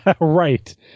Right